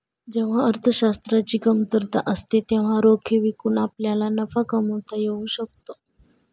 जेव्हा अर्थशास्त्राची कमतरता असते तेव्हा रोखे विकून आपल्याला नफा कमावता येऊ शकतो